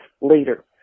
later